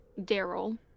Daryl